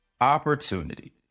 Opportunity